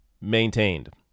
maintained